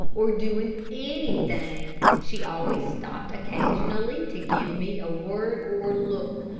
or doing anything, she always stopped occasionally to give me a word or look,